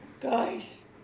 Guys